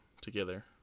together